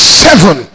seven